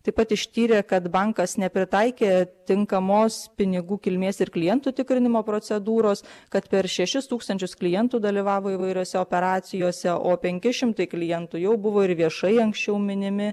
taip pat ištyrė kad bankas nepritaikė tinkamos pinigų kilmės ir klientų tikrinimo procedūros kad per šešis tūkstančius klientų dalyvavo įvairiose operacijose o penki šimtai klientų jau buvo ir viešai anksčiau minimi